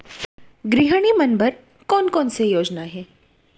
गृहिणी मन बर कोन कोन से योजना हे?